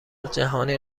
جهانی